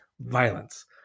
violence